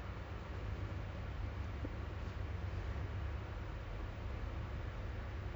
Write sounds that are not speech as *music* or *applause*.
*breath* I I feel that my my circuit baker apps is not